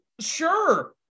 Sure